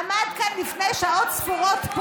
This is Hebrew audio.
עמד כאן לפני שעות ספורות,